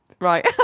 Right